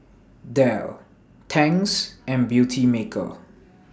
Dell Tangs and Beautymaker